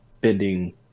bending